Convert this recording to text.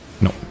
no